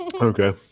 Okay